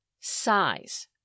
Size